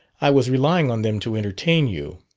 i was relying on them to entertain you.